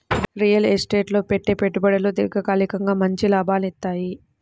real estate లో పెట్టే పెట్టుబడులు దీర్ఘకాలికంగా మంచి లాభాలనిత్తయ్యి